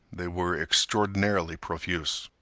they were extraordinarily profuse.